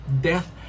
death